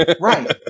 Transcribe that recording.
Right